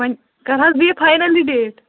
وۅنۍ کرٕ حظ بہٕ یہِ فاینل یہِ ڈیٚٹ